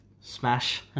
smash